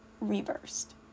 reversed